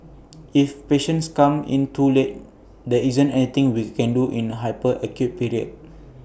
if patients come in too late there isn't anything we can do in the hyper acute period